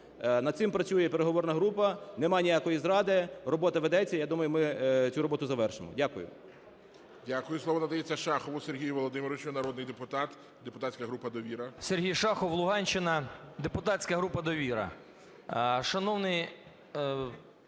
Над цим працює переговорна група. Немає ніякої зради. Робота ведеться. Я думаю, ми цю роботу завершимо. Дякую. ГОЛОВУЮЧИЙ. Дякую. Слово надається Шахову Сергію Володимировичу, народний депутат, депутатська група "Довіра". 10:28:26 ШАХОВ С.В. Сергій Шахов, Луганщина, депутатська група "Довіра". Шановний